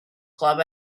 club